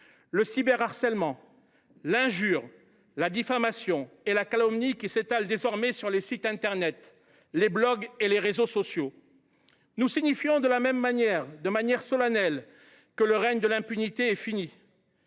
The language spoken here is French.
le cyberharcèlement, l’injure, la diffamation et la calomnie, qui s’étalent désormais sur les sites internet, les blogs et les réseaux sociaux. Nous signifions de la même manière, solennellement, que le règne de l’impunité est fini.